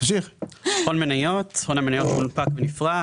הון המניות שהונפק ונפרע.